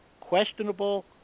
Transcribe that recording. questionable